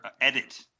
edit